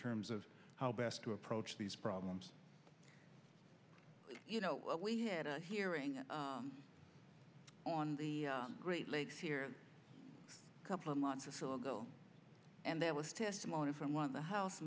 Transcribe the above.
terms of how best to approach these problems you know we had a hearing on the great lakes here a couple of months or so ago and there was testimony from one of the house